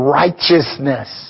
righteousness